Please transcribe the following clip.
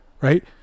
Right